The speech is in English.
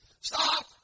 Stop